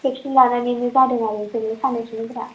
vaccine लानानैनो जादों आरो बेफोरो सानाय सुनायफोरा